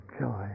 joy